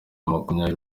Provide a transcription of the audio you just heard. makumyabiri